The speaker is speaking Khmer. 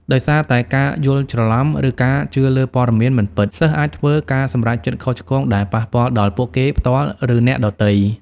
ដោយសារតែការយល់ច្រឡំ ឬការជឿលើព័ត៌មានមិនពិត សិស្សអាចធ្វើ ការសម្រេចចិត្តខុសឆ្គង ដែលប៉ះពាល់ដល់ពួកគេផ្ទាល់ ឬអ្នកដទៃ។